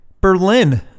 Berlin